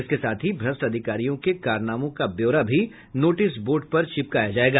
इसके साथ ही भ्रष्ट अधिकारियों के कारनामों का ब्यौरा भी नोटिस बोर्ड में चिपकाया जायेगा